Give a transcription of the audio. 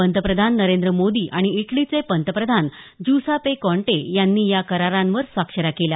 पंतप्रधान नरेंद्र मोदी आणि इटलीचे पंतप्रधान ज्युसापे कॉन्टे यांनी या करारांवर स्वाक्षऱ्या केल्या